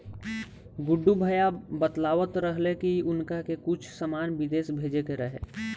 गुड्डू भैया बतलावत रहले की उनका के कुछ सामान बिदेश भेजे के रहे